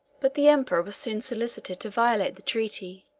but the emperor was soon solicited to violate the treaty,